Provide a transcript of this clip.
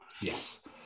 Yes